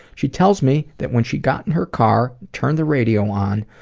she tells me that when she got in her car, turned the radio on,